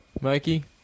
Mikey